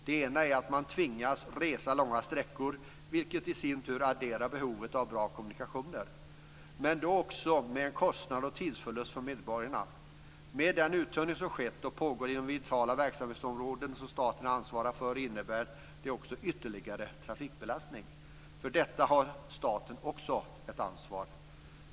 Det ena är att man tvingas resa långa sträckor, vilket i sin tur adderar behovet av bra kommunikationer, men då också med en kostnad och tidsförlust för medborgaren. Men den uttunning som skett och pågår inom vitala verksamhetsområden som staten ansvarar för innebär det också en ytterligare trafikbelastning. För detta har staten också ett ansvar.